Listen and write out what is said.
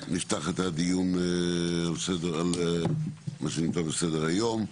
אנחנו נפתח את הדיון על מה שנמצא על סדר היום.